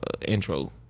intro